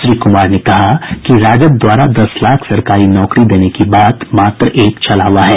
श्री कुमार ने कहा कि राजद द्वारा दस लाख सरकारी नौकरी देने की बात मात्र एक छलावा है